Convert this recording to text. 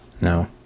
No